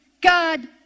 God